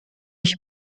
ich